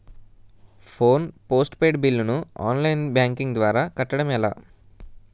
Phone postpaid bill online banking ద్వారా కట్టడం ఎలా?